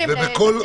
מעצר